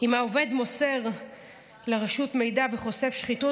אם העובד מוסר לרשות מידע וחושף שחיתות,